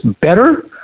better